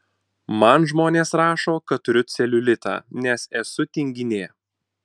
man žmonės rašo kad turiu celiulitą nes esu tinginė